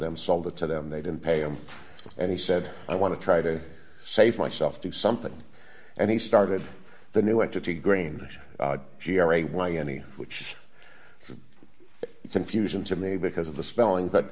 them sold it to them they didn't pay him and he said i want to try to save myself do something and he started the new entity green g r a y n e which confusion to me because of the spelling but